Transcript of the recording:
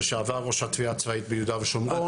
לשעבר ראש התביעה הצבאית ביהודה ושומרון.